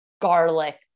garlic